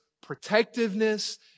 protectiveness